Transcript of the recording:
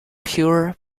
pure